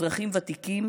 אזרחים ותיקים